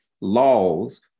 laws